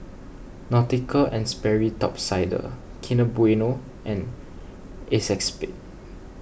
Nautica and Sperry Top Sider Kinder Bueno and Acexspade